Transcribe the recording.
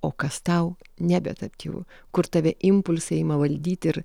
o kas tau nebe adaptyvu kur tave impulsai ima valdyti ir